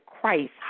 Christ